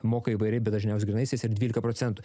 moka įvairiai bet dažniausiai grynaisiais ir dvylika procentų